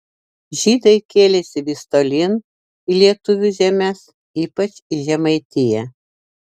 žydai kėlėsi vis tolyn į lietuvių žemes ypač į žemaitiją